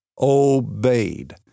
obeyed